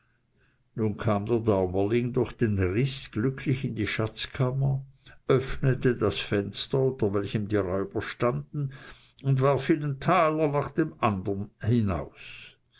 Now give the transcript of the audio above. nun kam der daumerling durch den ritz glücklich in die schatzkammer öffnete das fenster unter welchem die räuber standen und warf ihnen einen taler nach dem andern hinaus